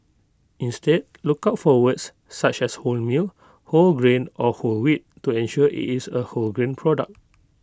instead look out for words such as wholemeal whole grain or whole wheat to ensure IT is A wholegrain product